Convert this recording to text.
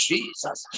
Jesus